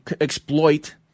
exploit